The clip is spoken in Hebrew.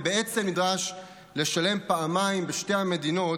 הוא בעצם נדרש לשלם פעמיים בשתי המדינות